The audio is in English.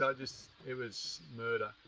so just, it was murder.